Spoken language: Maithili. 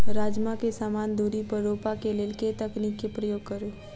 राजमा केँ समान दूरी पर रोपा केँ लेल केँ तकनीक केँ प्रयोग करू?